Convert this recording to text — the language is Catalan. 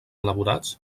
elaborats